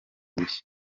bushya